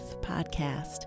podcast